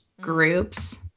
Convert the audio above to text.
groups